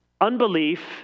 Unbelief